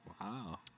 Wow